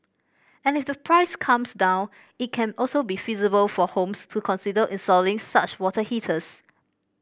and if the price comes down it can also be feasible for homes to consider installing such water heaters